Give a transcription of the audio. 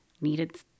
needed